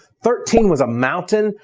thirteen was a mountain,